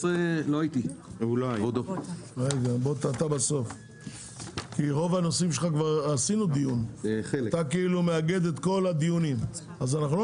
זו כבר הפעם השלישית שהם לא